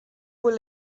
were